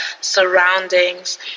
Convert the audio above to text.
surroundings